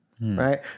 right